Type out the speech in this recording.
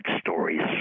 stories